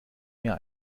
mehr